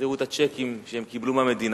יחזירו את הצ'קים שהם קיבלו מהמדינה,